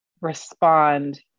respond